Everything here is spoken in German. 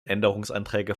änderungsanträge